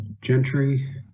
Gentry